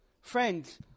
Friends